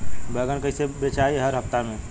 बैगन कईसे बेचाई हर हफ्ता में?